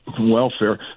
welfare